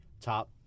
top